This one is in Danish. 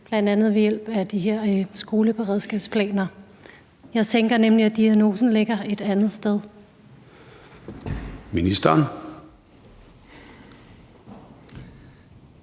bl.a. ved hjælp af de her skoleberedskabsplaner. Jeg tænker nemlig, at diagnosen ligger et andet sted. Kl.